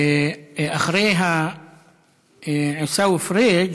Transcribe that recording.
אחרי עיסאווי פריג'